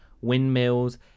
windmills